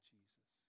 Jesus